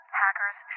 hackers